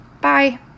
bye